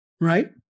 right